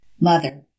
Mother